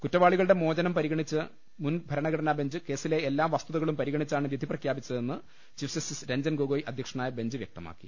കുറ്റവാ ളികളുടെ മോചനം പരിഗണിച്ച മുൻഭരണ് ഘടനാബെഞ്ച് കേസിലെ എല്ലാവസ്തുതകളും പരിഗണിച്ചാണ് വിധി പ്രഖ്യാപി ച്ചതെന്ന് ചീഫ് ജസ്റ്റിസ് രഞ്ജൻഗോഗൊയ് അധ്യക്ഷനായ ബെഞ്ച് വൃക്തമാക്കി